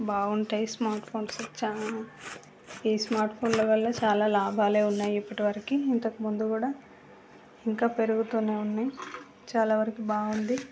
బాగుంటాయి smart phones చాలా ఈ స్మార్ట్ ఫోన్ల వల్ల చాలా లాభాలే ఉన్నాయి ఇప్పటివరకి ఇంతకముందు కూడా ఇంకా పెరుగుతూనే ఉన్నాయి చాలా వరకు బాగుంది